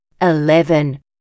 eleven